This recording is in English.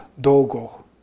Dogo